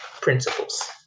principles